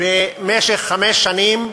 במשך חמש שנים.